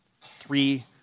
three